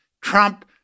Trump